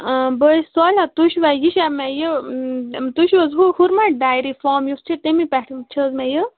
اۭں بہٕ حظ صالِحہ تُہۍ چھُوا یہِ چھےٚ مےٚ یہِ تُہۍ چھُو حظ ہُہ ہُرمَت ڈایری فام یُس چھِ تَمی پٮ۪ٹھ چھِ حظ مےٚ یہِ